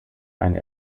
eine